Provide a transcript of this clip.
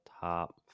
top